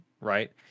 right